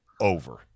over